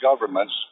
governments